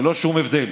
ללא שום הבדל.